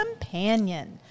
companion